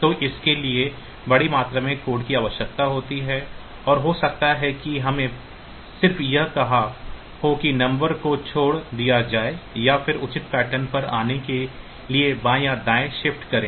तो इसके लिए बड़ी मात्रा में कोड की आवश्यकता होती है और हो सकता है कि हमने सिर्फ यह कहा हो कि नंबर को छोड़ दिया जाए या फिर उचित पैटर्न पर आने के लिए बाएं या दाएं शिफ्ट करें